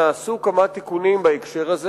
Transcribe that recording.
נעשו כמה תיקונים בהקשר הזה.